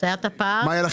את אומרת